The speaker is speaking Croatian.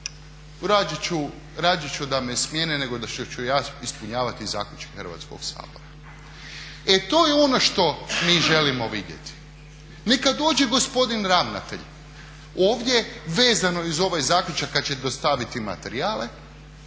radije ću da me smijene nego što ću ja ispunjavati zaključke Hrvatskog sabora. E to je ono što mi želimo vidjeti. Neka dođe gospodin ravnatelj ovdje vezano uz ovaj zaključak kad će dostaviti materijale